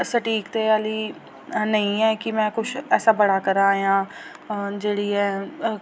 सटीक ते ऐल्ली नेईं ऐ की में कुछ ऐसा बड़ा करांऽ जां जेह्ड़ी ऐ